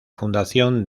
fundación